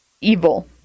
evil